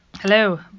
Hello